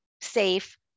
safe